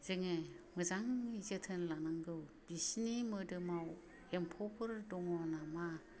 जोङो मोजाङै जोथोन लानांगौ बिसिनि मोदोमाव एम्फौफोर दङ नामा